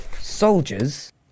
Soldiers